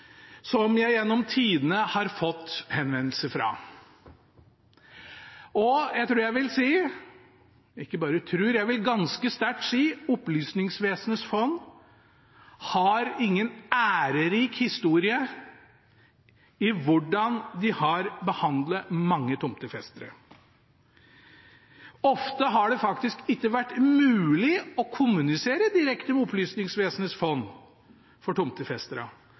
som jeg gjennom tidene har fått henvendelser fra. Jeg tror jeg vil si – ikke bare tror, jeg vil ganske sterkt si – at Opplysningsvesenets fond har ingen ærerik historie med tanke på hvordan de har behandlet mange tomtefestere. Ofte har det faktisk ikke vært mulig å kommunisere direkte med Opplysningsvesenets fond for